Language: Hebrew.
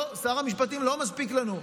לא, שר המשפטים לא מספיק לנו.